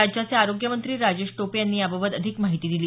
राज्याचे आरोग्य मंत्री राजेश टोपे यांनी याबाबत अधिक माहिती दिली